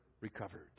recovered